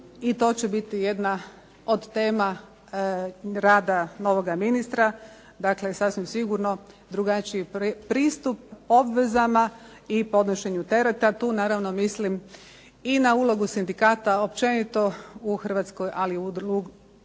I to će biti jedna od tema rada jednoga ministra, dakle sasvim sigurno drugačiji pristup obvezama i podnošenju tereta. Tu naravno mislim i na ulogu sindikata općenito u Hrvatskoj, ali i na ulogu